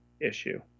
issue